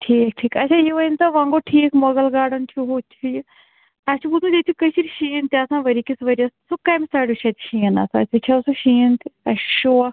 ٹھیٖک ٹھیٖک آچھا یہِ ؤنۍ تو وونۍ گوٚو ٹھیٖک مغل گارڈٕن چھُ ہُہ چھُ یہِ اسہِ چھُ بوٗزمُت ییٚتہِ چھُ کٔشیٖرِ شیٖن تہِ آسان ؤری کِس ؤری یَس سُہ کَمہِ سایڈٕ چھُ اَتہِ شیٖن آسان أسۍ وُچھہٕ ہاو سُہ شیٖن تہِ اسہِ چھُ شوق